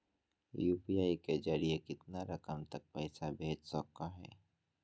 UPI के जरिए कितना रकम तक पैसा भेज सको है?